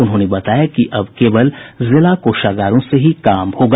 उन्होंने बताया कि अब केवल जिला कोषागारों से ही काम होगा